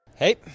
Hey